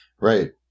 Right